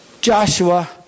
Joshua